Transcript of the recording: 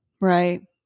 Right